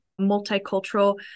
multicultural